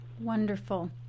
Wonderful